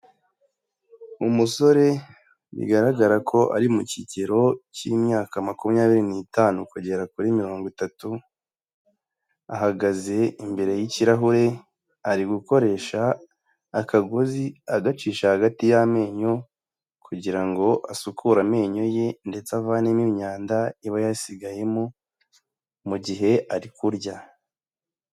Umusore bigaragara ko ari mu kigero cy'imyaka makumyabiri n'itanu kugera kuri mirongo itatu, ahagaze imbere y'ikirahure ari gukoresha akagozi agacisha hagati y'amenyo kugira ngo asukure amenyo ye ndetse avanemo imyanda iba yasigayemo mu gihe ari kurya.